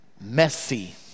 messy